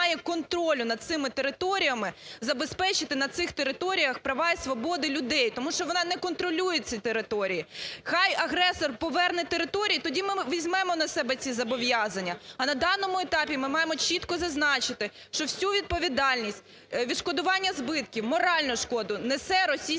відповідальність відшкодування збитків, моральну шкоду несе Російська